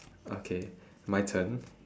okay my turn